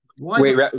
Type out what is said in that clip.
Wait